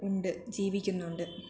ഉണ്ട് ജീവിക്കുന്നുണ്ട്